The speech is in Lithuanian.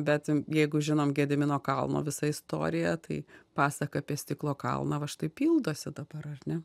bet jeigu žinom gedimino kalno visą istoriją tai pasaka apie stiklo kalną va štai pildosi dabar ar ne